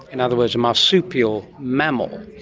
in other words, a marsupial mammal.